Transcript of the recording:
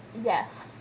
Yes